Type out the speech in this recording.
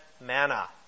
manna